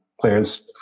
players